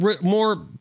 more